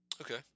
Okay